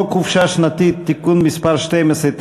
חוק חופשה שנתית (תיקון מס' 12),